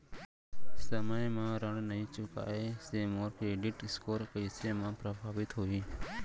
समय म ऋण नई चुकोय से मोर क्रेडिट स्कोर कइसे म प्रभावित होही?